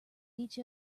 each